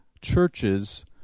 churches